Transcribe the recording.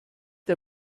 der